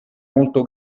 molto